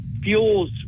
fuels